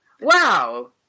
Wow